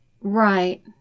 Right